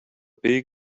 big